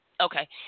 Okay